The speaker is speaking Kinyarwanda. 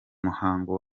muhango